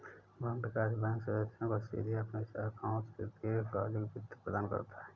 भूमि विकास बैंक सदस्यों को सीधे अपनी शाखाओं से दीर्घकालिक वित्त प्रदान करता है